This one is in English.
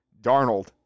Darnold